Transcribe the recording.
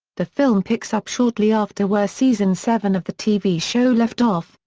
the film picks up shortly after where season seven of the tv show left off,